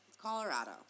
Colorado